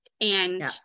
And-